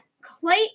Clay